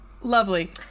Lovely